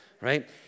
right